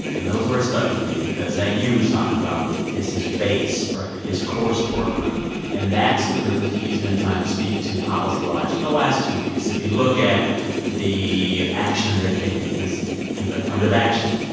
and those words stuck with me because that you he's talking about is his base. right. his core support group. and that's the group that he's been trying to speak to policy-wise for the last two weeks. if you look at the action they're taking against things like affirmative action,